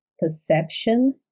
perception